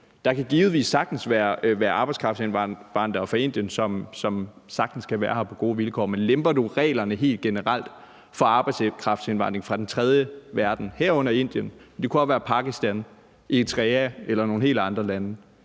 Der kan givetvis være arbejdskraftindvandrere fra Indien, som sagtens kan være her på gode vilkår. Men lemper du helt generelt reglerne for arbejdskraftindvandring fra den tredje verden, herunder Indien, men det kunne også være Pakistan, Eritrea eller nogle andre lande,